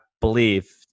believe